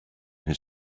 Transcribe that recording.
his